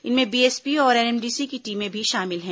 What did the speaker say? इनमें बीएसपी और एनएमडीसी की टीमें भी शामिल हैं